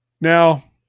Now